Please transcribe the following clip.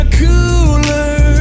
cooler